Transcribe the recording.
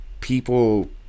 people